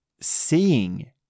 Seeing